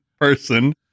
person